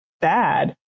bad